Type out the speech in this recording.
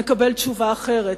נקבל תשובה אחרת,